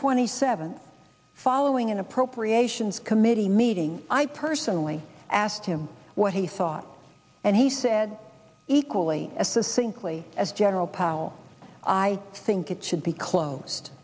twenty seventh following an appropriations committee meeting i personally asked him what he thought and he said equally as the sink plea as general powell i think it should be closed